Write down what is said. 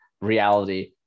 reality